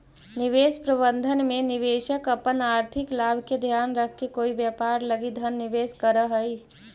निवेश प्रबंधन में निवेशक अपन आर्थिक लाभ के ध्यान रखके कोई व्यापार लगी धन निवेश करऽ हइ